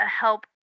help